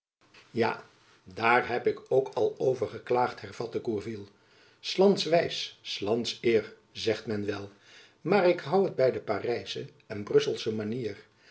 ja daar heb ik ook al over geklaagd hervatte gourville s lands wijs s lands eer zegt men wel maar ik hoû het by de parijsche en brusselsche manier